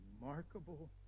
remarkable